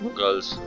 girls